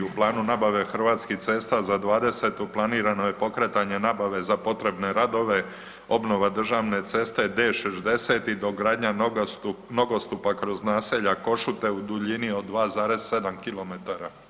U planu nabave Hrvatskih cesta za '20.-tu planirano je pokretanje nabave za potrebne radove obnova državne ceste D60 i dogradnja nogostupa kroz naselja Košute u duljini od 2,7 km.